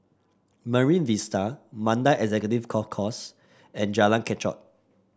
Marine Vista Mandai Executive Golf Course and Jalan Kechot